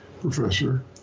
professor